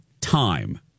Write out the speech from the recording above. time